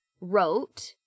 wrote